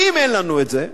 ואם אין לנו את זה,